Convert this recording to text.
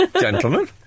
Gentlemen